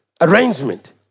arrangement